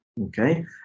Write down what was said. Okay